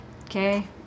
Okay